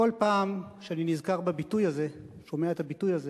בכל פעם שאני שומע את הביטוי הזה